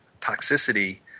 toxicity